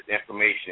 information